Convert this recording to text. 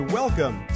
welcome